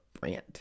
brand